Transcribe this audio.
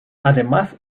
además